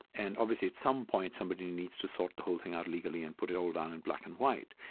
and obviously at some point, somebody needs to sort the whole thing out legally and put it all down in black and white.